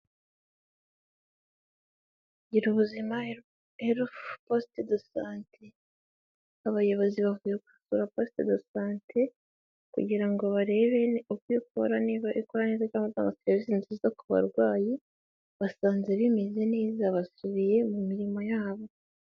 Gira ubuzima health poste de sante, abayobozi bavuye kusura poste de sante kugira ngo barebe uko ikora niba ikora neza batanga serivisi nziza ku barwayi, basanze bimeze neza basubiye mu mirimo yabo.